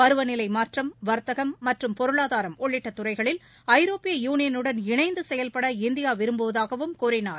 பருவநிலை மாற்றம் வர்த்தகம் மற்றும் பொருளாதாரம் உள்ளிட்ட துறைகளில் ஐரோப்பிய யூனியனுடன் இணைந்து செயல்பட இந்தியா விரும்புவதாகவும் கூறினார்